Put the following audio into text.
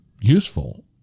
useful